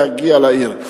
להגיע לעיר.